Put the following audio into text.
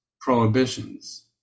prohibitions